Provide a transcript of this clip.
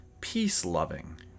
peace-loving